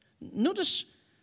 Notice